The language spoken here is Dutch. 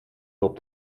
top